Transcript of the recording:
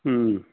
ம்